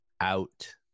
Out